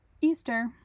Easter